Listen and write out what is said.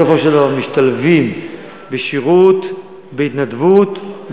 בסופו של דבר משתלבים בשירות בהתנדבות,